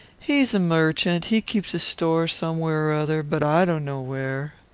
he's a merchant he keeps a store somewhere or other but i don't know where.